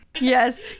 Yes